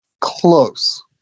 close